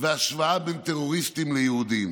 והשוואה בין טרוריסטים ליהודים,